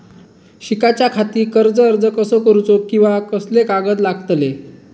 शिकाच्याखाती कर्ज अर्ज कसो करुचो कीवा कसले कागद लागतले?